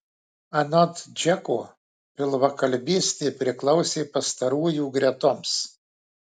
anot džeko pilvakalbystė priklausė pastarųjų gretoms